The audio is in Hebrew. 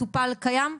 טופל וקיים?